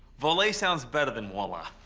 vo-lay sounds better than voila.